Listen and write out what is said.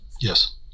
Yes